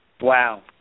Wow